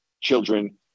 children